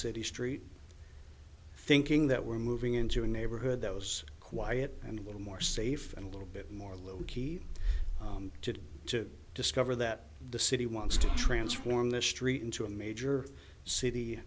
city street thinking that we're moving into a neighborhood those quiet and a little more safe and a little bit more low key to discover that the city wants to transform this street into a major city